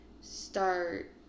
start